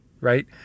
Right